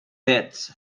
bath